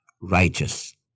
righteous